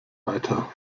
weiter